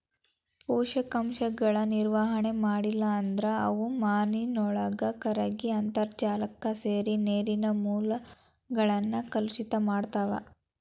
ಪೋಷಕಾಂಶಗಳ ನಿರ್ವಹಣೆ ಮಾಡ್ಲಿಲ್ಲ ಅಂದ್ರ ಅವು ಮಾನಿನೊಳಗ ಕರಗಿ ಅಂತರ್ಜಾಲಕ್ಕ ಸೇರಿ ನೇರಿನ ಮೂಲಗಳನ್ನ ಕಲುಷಿತ ಮಾಡ್ತಾವ